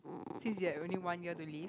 since you have only one year to live